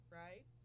right